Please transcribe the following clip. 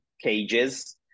cages